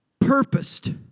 purposed